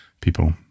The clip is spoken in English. people